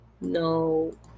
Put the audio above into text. no